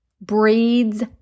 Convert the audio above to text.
breeds